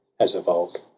as of old.